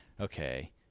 okay